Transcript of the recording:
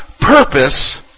purpose